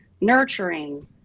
nurturing